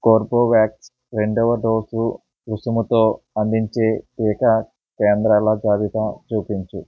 కోర్బెవాక్స్ రెండవ డోసు రుసుముతో అందించే టీకా కేంద్రాల జాబితా చూపించు